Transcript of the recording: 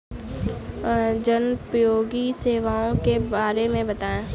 जनोपयोगी सेवाओं के बारे में बताएँ?